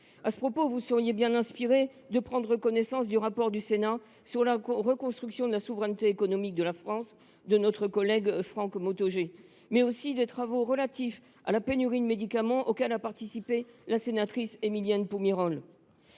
À ce propos, vous seriez bien inspiré de prendre connaissance du rapport du Sénat sur la reconstruction de la souveraineté économique de la France de notre collègue Franck Montaugé, ainsi que des travaux relatifs à la pénurie de médicaments auxquels a participé la sénatrice Émilienne Poumirol.